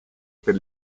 per